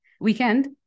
weekend